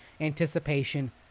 anticipation